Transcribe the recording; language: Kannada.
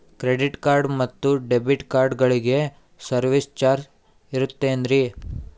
ಕ್ರೆಡಿಟ್ ಕಾರ್ಡ್ ಮತ್ತು ಡೆಬಿಟ್ ಕಾರ್ಡಗಳಿಗೆ ಸರ್ವಿಸ್ ಚಾರ್ಜ್ ಇರುತೇನ್ರಿ?